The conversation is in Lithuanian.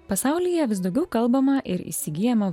pasaulyje vis daugiau kalbama ir įsigyjama